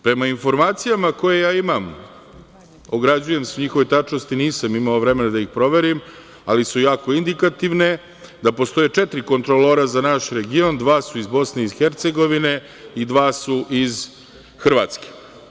Prema informacijama koje imam, ograđujem se o njihovoj tačnosti, nisam imao vremena da ih proverim, ali su jako indikativne, postoje četiri kontrolora za naš region, dva su iz BiH i dva su iz Hrvatske.